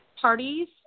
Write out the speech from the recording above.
parties